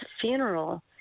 funeral